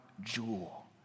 jewel